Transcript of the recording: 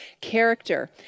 character